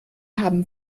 haben